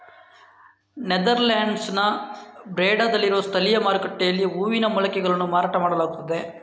ನೆದರ್ಲ್ಯಾಂಡ್ಸಿನ ಬ್ರೆಡಾದಲ್ಲಿನ ಸ್ಥಳೀಯ ಮಾರುಕಟ್ಟೆಯಲ್ಲಿ ಹೂವಿನ ಮೊಳಕೆಗಳನ್ನು ಮಾರಾಟ ಮಾಡಲಾಗುತ್ತದೆ